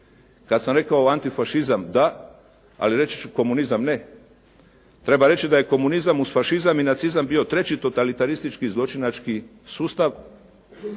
Kad sam rekao antifašizam da, ali reći ću komunizam ne. Treba reći da je komunizam uz fašizam i nacizam bio treći totalitaristički, zločinački sustav.